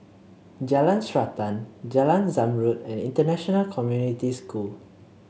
Jalan Srantan Jalan Zamrud and International Community School